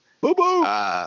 Boo-boo